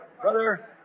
Brother